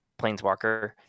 planeswalker